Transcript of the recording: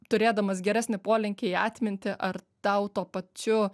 turėdamas geresnį polinkį į atmintį ar tau tuo pačiu